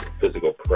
physical